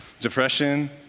Depression